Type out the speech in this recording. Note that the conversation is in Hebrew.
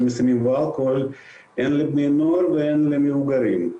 לסמים ואלכוהול הן לבני נוער והן למבוגרים.